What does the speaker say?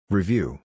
Review